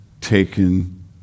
taken